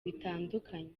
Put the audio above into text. bitandukanye